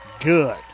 Good